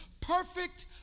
Perfect